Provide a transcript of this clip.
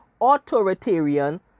authoritarian